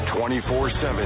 24/7